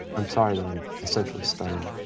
i'm sorry that i'm essentially stuttering.